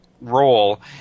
role